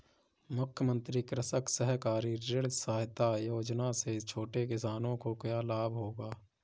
मुख्यमंत्री कृषक सहकारी ऋण सहायता योजना से छोटे किसानों को क्या लाभ होगा?